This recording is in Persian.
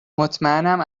مطمئنم